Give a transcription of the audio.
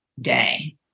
day